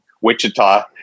Wichita